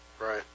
right